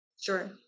Sure